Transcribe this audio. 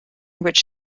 which